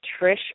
Trish